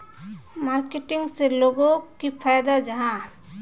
Marketing से लोगोक की फायदा जाहा?